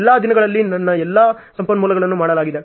ಎಲ್ಲಾ ದಿನಗಳಲ್ಲಿ ನನ್ನ ಎಲ್ಲಾ ಸಂಪನ್ಮೂಲಗಳನ್ನು ಮಾಡಲಾಗಿದೆ